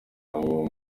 nabo